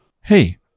Hey